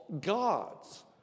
gods